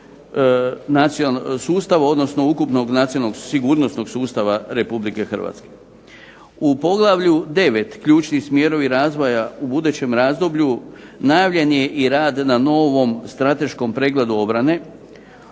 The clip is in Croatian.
U poglavlju 9. Ključni smjerovi razvoja u budućem razdoblju najavljen je i rad na novom strateškom pregledu obrane,